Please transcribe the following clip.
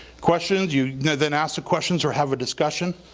questions, you then ask the questions or have a discussion.